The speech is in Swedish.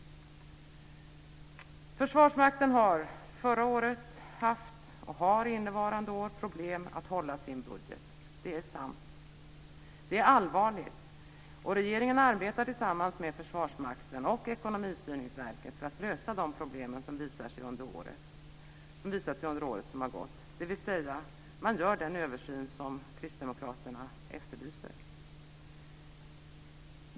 Försvarsmakten har förra året haft, och har innevarande år, problem att hålla sin budget. Det är sant. Det är allvarligt, och regeringen arbetar tillsammans med Försvarsmakten och Ekonomistyrningsverket för att lösa de problem som visat sig under året som har gått. Man gör alltså den översyn som Kristdemokraterna efterlyser.